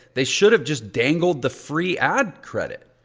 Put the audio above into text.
they should have just dangled the free ad credit.